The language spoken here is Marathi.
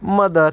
मदत